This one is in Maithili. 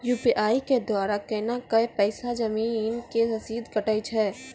यु.पी.आई के द्वारा केना कऽ पैसा जमीन के रसीद कटैय छै?